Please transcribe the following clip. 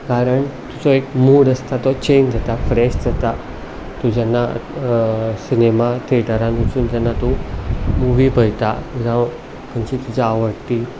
कारण तुजो एक मूड आसता तो चॅंज जाता फ्रेश जाता तूं जेन्ना सिनेमा थिएटरांत वचून जेन्ना तूं मुवी पयता जावं खंयची तुजी आवडटी